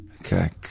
Okay